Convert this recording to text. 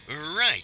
right